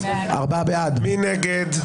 מי נגד?